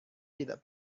tidak